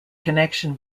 connection